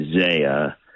Isaiah